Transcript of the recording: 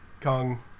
Kong